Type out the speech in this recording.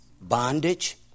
bondage